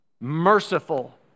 merciful